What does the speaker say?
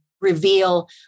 reveal